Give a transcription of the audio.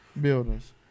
buildings